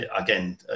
again